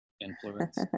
influence